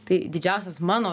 tai didžiausias mano